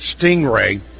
Stingray